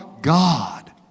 God